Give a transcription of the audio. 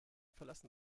verlassen